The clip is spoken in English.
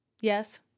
Yes